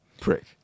Prick